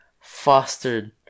fostered